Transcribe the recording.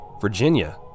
Virginia